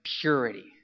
purity